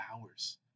hours